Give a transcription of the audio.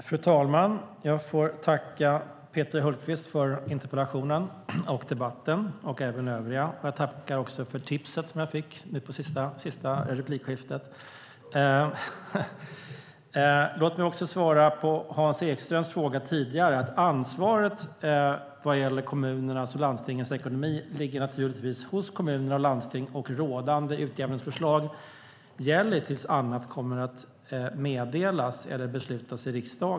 Fru talman! Jag får tacka Peter Hultqvist för interpellationen och debatten och även övriga debattörer. Jag tackar också för tipset jag fick av Peter Hultqvist i hans sista inlägg. Låt mig också svara på Hans Ekströms tidigare fråga. Ansvaret vad gäller kommunernas och landstingens ekonomi ligger naturligtvis hos kommunerna och landstingen, och rådande utjämningsförslag gäller tills annat meddelas eller beslutas i riksdagen.